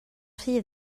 rhy